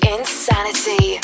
Insanity